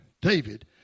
David